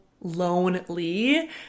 lonely